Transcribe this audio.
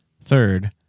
Third